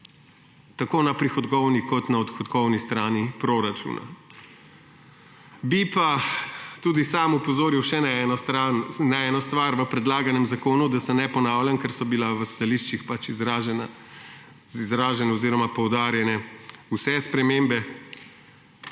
tako na prihodkovni kot na odhodkovni strani proračuna. Bi pa tudi sam opozoril še na eno stvar v predlaganem zakonu, da se ne ponavljam, ker so bile v stališčih izražene oziroma poudarjene vse spremembe,